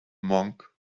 monk